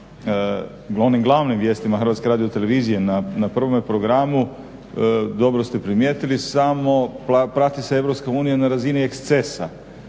glavnim vijestima HRT-a na 1. programu dobro ste primijetili samo prati se EU na razini ekscesa,